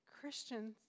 Christians